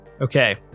Okay